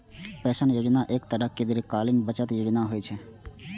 pension योजना एक तरहक दीर्घकालीन बचत योजना होइ छै